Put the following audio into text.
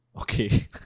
Okay